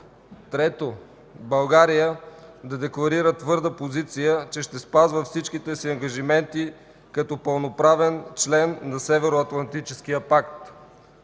Трето, България да декларира твърда позиция, че ще спазва всичките си ангажименти като пълноправен член на Северноатлантическия пакт.